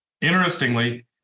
Interestingly